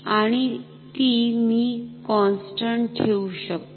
आणि ती मी कॉन्स्टंट ठेवु शकतो